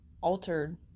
altered